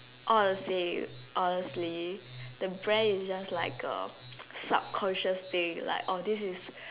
all the same honestly the brand is just like a subconscious thing like orh this is